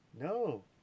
No